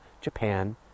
Japan